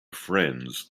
friends